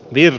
viro